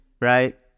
right